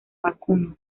vacuno